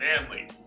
family